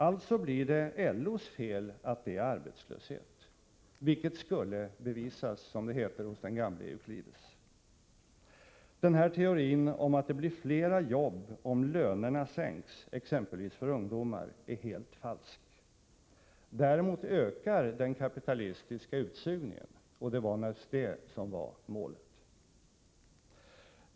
Alltså blir det LO:s fel att det är arbetslöshet — vilket skulle bevisas, som det heter hos den gamle Euklides. Den här teorin att det blir flera jobb om lönerna sänks, exempelvis för ungdomar, är helt falsk. Däremot ökar den kapitalistiska utsugningen, och det var naturligtvis det som var målet.